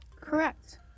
Correct